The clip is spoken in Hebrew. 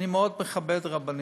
אני מאוד מכבדת רבנים,